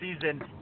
season